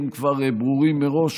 כבר ברורות מראש,